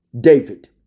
David